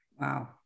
Wow